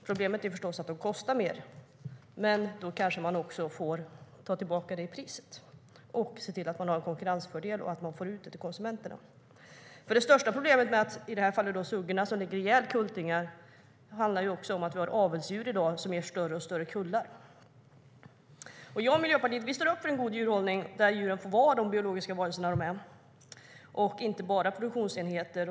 Problemet är förstås att de kostar mer, men då kanske man får ta tillbaka det i priset samt se till att man har en konkurrensfördel som man får ut till konsumenterna. Det största problemet med att i det här fallet suggor ligger ihjäl kultingar är nämligen att vi i dag har avelsdjur som ger större och större kullar. Jag och Miljöpartiet står upp för en god djurhållning där djur får vara de biologiska varelser de är och inte bara produktionsenheter.